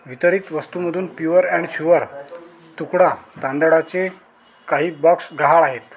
वितरित वस्तूंमधून pure and sure तुकडा तांदळाचे काही बॉक्स गहाळ आहेत